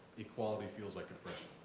equality feels like oppression.